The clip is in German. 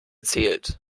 zählt